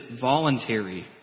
voluntary